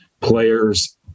players